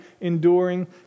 enduring